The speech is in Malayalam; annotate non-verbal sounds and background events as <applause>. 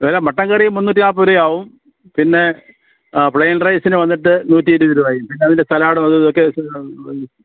ഏതാണ് മട്ടൻ കറി മുന്നൂറ്റി നാല്പത് രൂപയാവും പിന്നെ പ്ലെയിൻ റൈസിന് വന്നിട്ട് നൂറ്റി ഇരുപത് രൂപയും പിന്നെ അതിൻ്റെ സലാഡും അതും ഇതുമൊക്കെ <unintelligible>